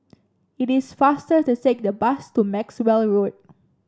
it is faster to take the bus to Maxwell Road